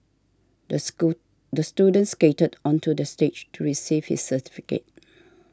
the school the student skated onto the stage to receive his certificate